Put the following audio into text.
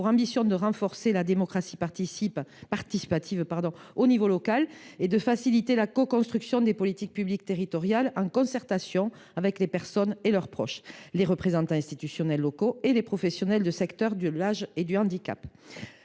ambition de renforcer la démocratie participative au niveau local et de faciliter la coconstruction des politiques publiques territoriales en concertation avec les personnes et leurs proches, les représentants institutionnels locaux et les professionnels du secteur de l’âge et du handicap.